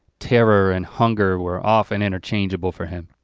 terror and hunger were off and interchangeable for him.